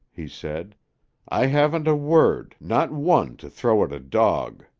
he said i haven't a word not one to throw at a dog.